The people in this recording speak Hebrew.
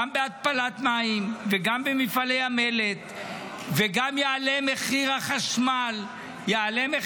גם בהתפלת מים וגם במפעלי המלט וגם מחיר החשמל יעלה,